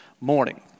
morning